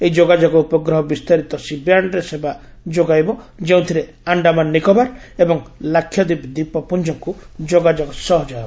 ଏହି ଯୋଗାଯୋଗ ଉପଗ୍ରହ ବିସ୍ତାରିତ ସି ବ୍ୟାଣ୍ଡରେ ସେବା ଯୋଗାଇବ ଯେଉଁଥିରେ ଆଣ୍ଡାମାନ ନିକୋବର ଏବଂ ଲାକ୍ଷାଦ୍ୱୀପ ଦ୍ୱୀପପୁଞ୍ଜକୁ ଯୋଗାଯୋଗ ସହଜ ହେବ